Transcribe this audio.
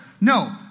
No